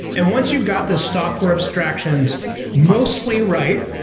and once you've got the software abstractions mostly right,